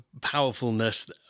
powerfulness